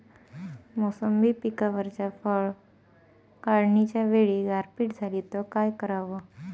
मोसंबी पिकावरच्या फळं काढनीच्या वेळी गारपीट झाली त काय कराव?